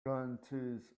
guarantees